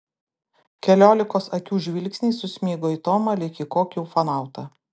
keliolikos akių žvilgsniai susmigo į tomą lyg į kokį ufonautą